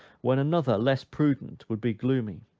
when another, less prudent, would be gloomy.